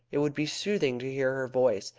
it would be soothing to hear her voice,